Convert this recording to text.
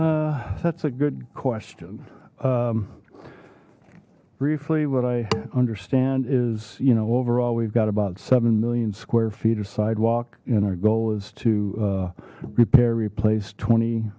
that's a good question briefly what i understand is you know overall we've got about seven million square feet or sidewalk and our goal is to repair replace twenty